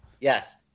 Yes